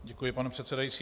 Děkuji, pane předsedající.